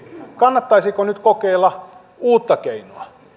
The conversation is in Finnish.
kannattaisiko nyt kokeilla uutta keinoa